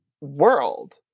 world